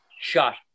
shot